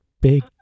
big